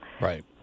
Right